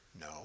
No